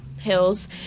hills